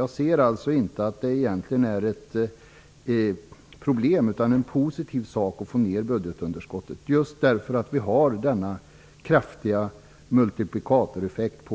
Jag ser inte detta som ett problem. Det är positivt att få ned budgetunderskottet, eftersom bostadsbyggande är en verksamhet med så kraftig multiplikatoreffekt.